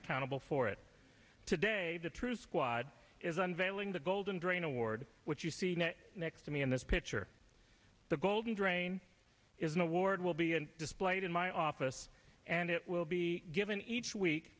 accountable for it today the truth squad is unveiling the golden drain away what you see next to me in this picture the golden drain is an award will be displayed in my office and it will be given each week